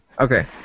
Okay